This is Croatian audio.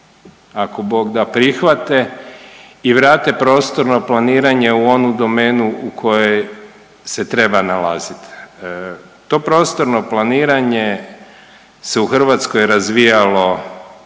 ako Bog da prihvate i vrate prostorno planiranje u onu domenu u kojoj se treba nalaziti. To prostorno planiranje se u Hrvatskoj razvijalo